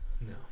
No